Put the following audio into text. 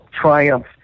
triumph